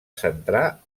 centrar